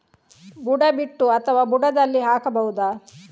ಬುಡ ಬಿಟ್ಟು ಅಥವಾ ಬುಡದಲ್ಲಿ ಹಾಕಬಹುದಾ?